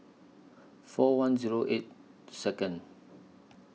four one Zero eight Second